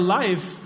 life